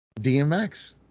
DMX